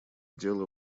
дело